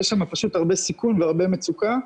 יש שם פשוט הרבה סיכון והרבה מצוקה,